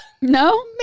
No